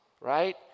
right